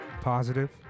positive